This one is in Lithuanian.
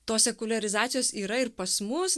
tos sekuliarizacijos yra ir pas mus